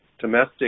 domestic